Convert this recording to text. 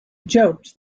joked